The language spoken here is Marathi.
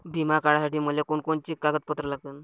बिमा काढासाठी मले कोनची कोनची कागदपत्र लागन?